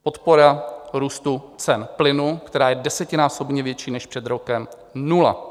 Podpora růstu cen plynu, která je desetinásobně větší než před rokem nula.